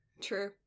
True